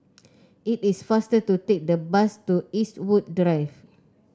it is faster to take the bus to Eastwood Drive